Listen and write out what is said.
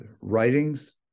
writings